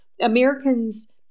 Americans